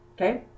Okay